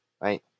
right